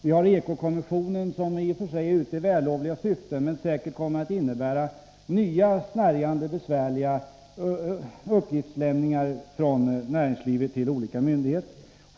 Vi har eko-kommissionen, som i och för sig är ute i vällovliga syften men vars arbete säkert kommer att innebära nya, besvärliga och snärjande regler för näringslivets uppgiftslämnande till olika myndigheter.